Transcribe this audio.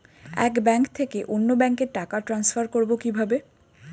এক ব্যাংক থেকে অন্য ব্যাংকে টাকা ট্রান্সফার করবো কিভাবে?